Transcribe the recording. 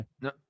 No